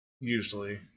Usually